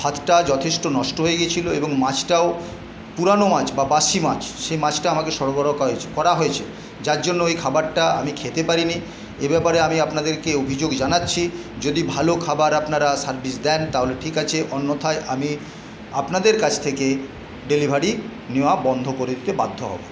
ভাতটা যথেষ্ট নষ্ট হয়ে গেছিলো এবং মাছটাও পুরানো মাছ বা বাসি মাছ সে মাছটা আমাকে সরবরাহ করা হয়েছে করা হয়েছে যার জন্য এই খাবারটা আমি খেতে পারিনি এ ব্যাপারে আমি আপনাদেরকে অভিযোগ জানাচ্ছি যদি ভালো খাবার আপনারা সার্ভিস দেন তাহলে ঠিক আছে অন্যথায় আমি আপনাদের কাছ থেকে ডেলিভারি নেওয়া বন্ধ করে দিতে বাধ্য হবো